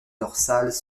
dorsales